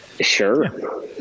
Sure